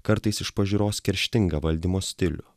kartais iš pažiūros kerštingą valdymo stilių